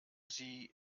sie